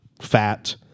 fat